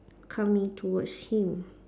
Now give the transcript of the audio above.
coming towards him